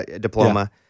diploma